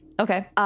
Okay